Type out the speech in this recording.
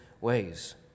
ways